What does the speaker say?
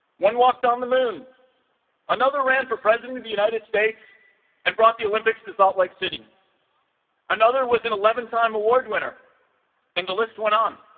one walked on the moon another ran for president of the united states and brought the olympics to salt lake city another was an eleven time award winner and the list went on